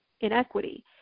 inequity